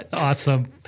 Awesome